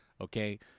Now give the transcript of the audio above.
Okay